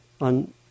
on